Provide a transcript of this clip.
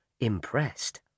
impressed